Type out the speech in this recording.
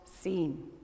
seen